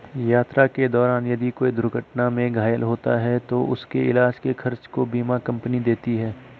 यात्रा के दौरान यदि कोई दुर्घटना में घायल होता है तो उसके इलाज के खर्च को बीमा कम्पनी देती है